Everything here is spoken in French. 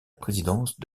présidence